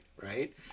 right